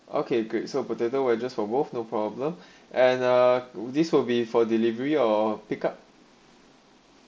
okay great so potato wedges for both no problem and uh this will be for delivery or pick up